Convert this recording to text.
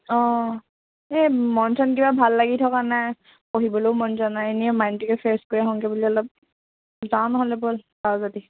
অ এই মন চন কিবা ভাল লাগি থকা নাই পঢ়িবলৈও মন যোৱা নাই এনে মাইণ্ডটোকে ফ্ৰেচ কৰি আহোঁগৈ বুলি অলপ যাওঁ নহ'লে ব'ল যাৱ যদি